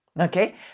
Okay